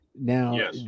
Now